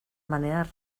manera